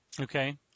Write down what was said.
Okay